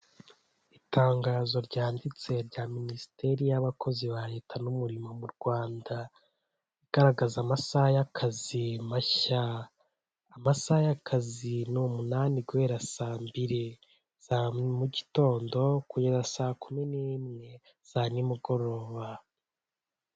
Itangazo ryanditse rya minisiteri y'abakozi ba leta n'umurimo mu Rwanda, igaragaza amasaha y'akazi mashya, amasaha y'akazi ni umunani guhera saa mbili za mu gitondo kugera saa kumi n'imwe za ni mugoroba.